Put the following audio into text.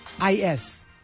I-S